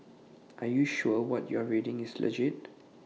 are you sure what you're reading is legit